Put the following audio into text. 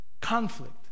conflict